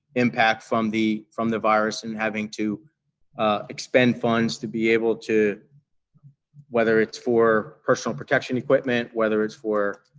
impact from the from the virus and having to expend funds to be able to whether it's for personal protection equipment, whether it's for